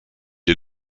est